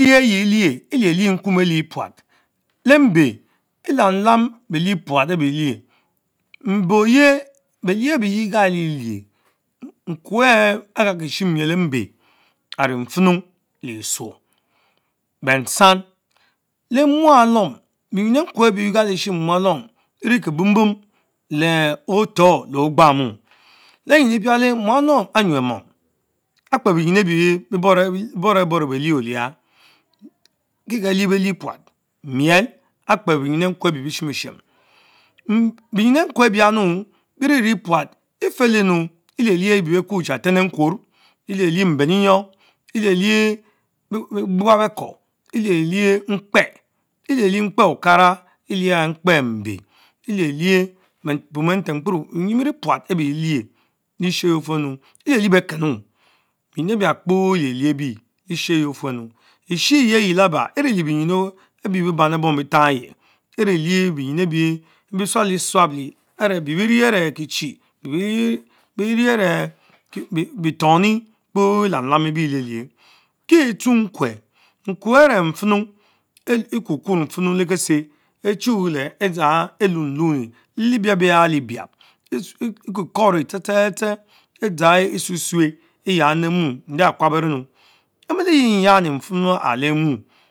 Elieyilie, elielieh nkun belieh puat, le mbe, flamlam beh lich puat abeh elich, mbe oyen belle abech yie kalie Lies, nkwe ehh agakietshiem miel Embe ane mfenu le esthurky bensam. leh mualom benyin ekweh abie begalo tshiem mualom ene Kebom bom, le othorr le ogbamu, leh nyienu-prale mualnom anyuch akpe theen beenyin beenyin ebie bieboreh mom, loovo belich Liat Kekehalich belich puat; miel akpe beenyn ehkwe albie bietshiemin tsnim. Bienyin Ekre ebianu berinie puat, Epeleanu elielied abie be kwonchie atenekworr elielien mberenyoh, elielieh begbegba beko, ehehlieh mkpeh okara eliah mape mbe, bepum ehh ntem sporo Blielien Sheich bepu baenyom bierie puat abielien lishich exier ofnehmy, Clientie bekenu, bremyin ebicah leporh elielich obie Eshieyen lype Laba enelich beenyin ebich bebanebom behtarrh yeu, ehe-lich benyin ebie bee tswalie tswalie, bee bienie are kitaine- biebee me arch betonnie koon elam lam ebieleh lién. Kie etshue- nkwe, nkwen arch mfenku; Ekukuchr fehon le kesé etchu leh edzan elutunnie ler Ciebiabia lebiab, ekukhorie tse tse tse, edza ehhe etshutshme eyanitemuu nde akutal anden emiele nyenyanni mfehnu ahh lehmuu.